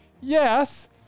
Yes